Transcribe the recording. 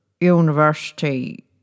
University